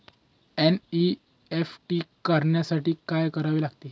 NEFT करण्यासाठी काय करावे लागते?